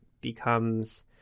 becomes